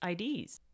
IDs